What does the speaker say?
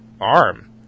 arm